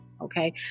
okay